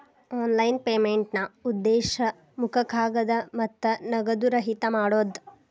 online ಪೇಮೆಂಟ್ನಾ ಉದ್ದೇಶ ಮುಖ ಕಾಗದ ಮತ್ತ ನಗದು ರಹಿತ ಮಾಡೋದ್